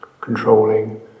controlling